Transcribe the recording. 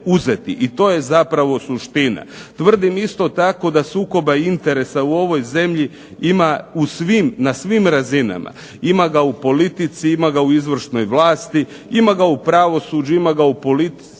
i to je zapravo suština. Tvrdim isto tako da sukoba interesa u ovoj zemlji ima u svim, na svim razinama. Ima ga u politici, ima ga u izvršnoj vlasti, ima ga u pravosuđu, ima ga u policiji,